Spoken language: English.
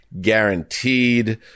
guaranteed